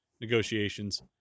negotiations